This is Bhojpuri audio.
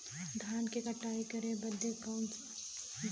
धान क कटाई करे बदे कवन साधन अच्छा बा?